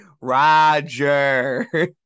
Roger